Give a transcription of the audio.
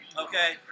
Okay